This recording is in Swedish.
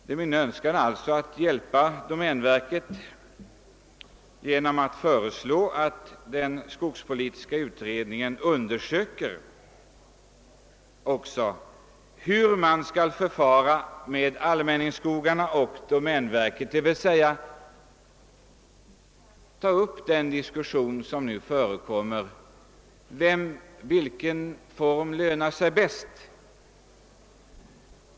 Det är också min önskan att hjälpa domänverket genom att föreslå att den skogspolitiska utredningen undersöker hur man skall förfara med allmänningsskogarna och domänverket, dvs. ta upp den diskussion som nyss förekom. Vilken form lönar sig bäst?